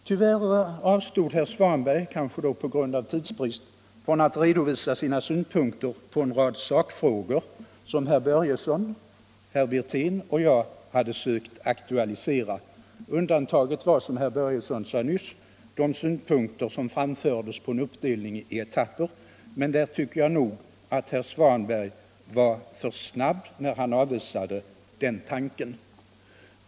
Tyvärr avstod herr Svanberg, kanske på grund av tidsbrist, från att redovisa sina synpunkter på en rad sakfrågor som herr Börjesson, herr Wirtén och jag hade sökt aktualisera. Undantaget var, som herr Börjesson sade nyss, de synpunkter som framfördes på en uppdelning i etapper, men där tycker jag nog att herr Svanberg var för snabb när han avvisade den tanken.